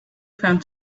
found